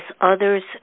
others